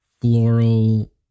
floral